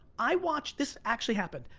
i watched, this actually happened,